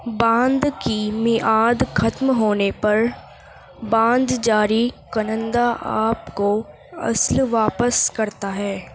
باند کی میعاد ختم ہونے پر باند جاری کنندہ آپ کو اصل واپس کرتا ہے